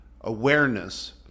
awareness